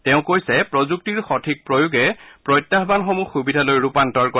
তেওঁ কৈছে প্ৰযুক্তিৰ সঠিক প্ৰয়োগে প্ৰত্যাহানসমূহ সুবিধালৈ ৰূপান্তৰ কৰে